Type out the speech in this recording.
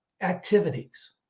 activities